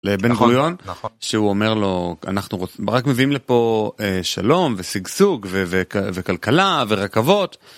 לבן גוריון שהוא אומר לו אנחנו רק מביאים לפה שלום ושגשוג וכלכלה ורכבות.